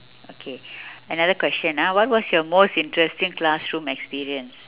okay another question ah what was your most interesting classroom experience